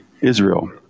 Israel